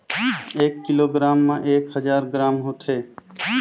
एक किलोग्राम म एक हजार ग्राम होथे